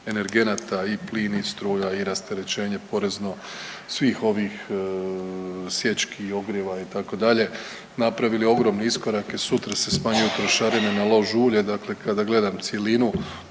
energenata i plin i struja i rasterećenje porezno svih ovih sječki, ogrijeva itd. napravili ogromni iskorake. Sutra se smanjuju trošarine na lož ulje. Dakle, kada gledam cjelinu